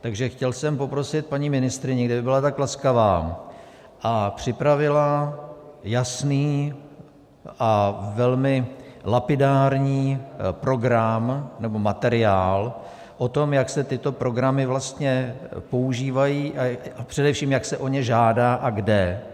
Takže jsem chtěl poprosit paní ministryni, kdyby byla tak laskavá a připravila jasný a velmi lapidární program nebo materiál o tom, jak se tyto programy vlastně používají, a především, jak se o ně žádá a kde.